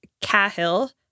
Cahill